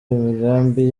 imigambi